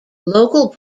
local